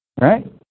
Right